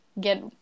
get